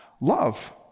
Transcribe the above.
love